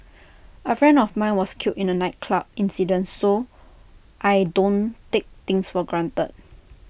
A friend of mine was killed in A nightclub incident so I don't take things for granted